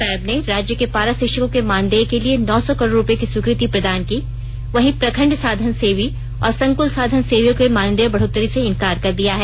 पैब ने राज्य के पारा षिक्षकों के मानदेह के लिए नौ सौ करोड रुपये की स्वीकृति प्रदान की वहीं प्रखंड साधन सेवी और संकल साधन सेवियों के मानदेय बढ़ोतरी से इनकार कर दिया है